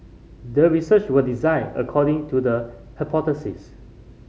the research was designed according to the hypothesis